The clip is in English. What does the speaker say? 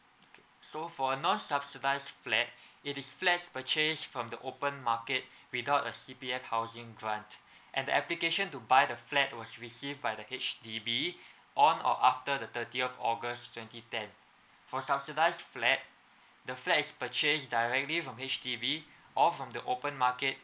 so for non subsidise flat it is flats purchase from the open market without a C_P_F housing grant and the application to buy the flat was received by the H_D_B on or after the thirtieth august twenty ten for subsidise flat the flat is purchased directly from H_D_B all from the open market